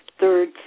third